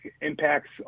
impacts